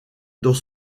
dans